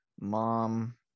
mom